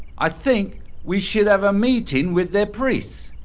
i think we should have a meeting with their priests.